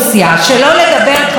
שזה הס מלהזכיר,